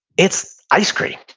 it's ice cream.